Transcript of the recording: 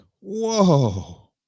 whoa